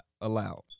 allowed